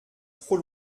trop